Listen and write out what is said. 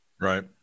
Right